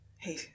Hey